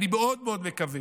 אני מאוד מאוד מקווה